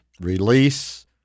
release